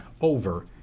over